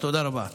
תודה רבה.